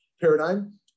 paradigm